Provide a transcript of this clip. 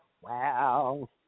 Wow